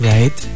Right